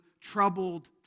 troubled